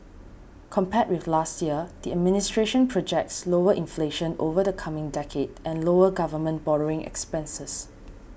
compared with last year the administration projects lower inflation over the coming decade and lower government borrowing expenses